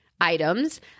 items